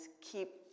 keep